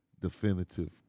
definitive